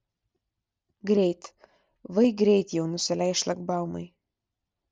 greit vai greit jau nusileis šlagbaumai